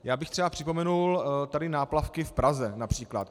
Já bych třeba připomenul tady náplavky v Praze, například.